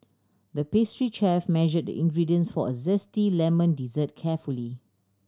the pastry chef measured the ingredients for a zesty lemon dessert carefully